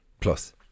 plus